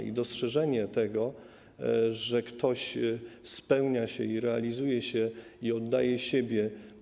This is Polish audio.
I dostrzeżenie tego, że ktoś spełnia się, realizuje się i oddaje siebie.